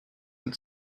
and